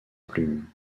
plume